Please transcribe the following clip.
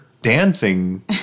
dancing